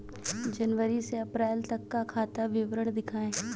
जनवरी से अप्रैल तक का खाता विवरण दिखाए?